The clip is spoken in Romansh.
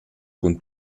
cun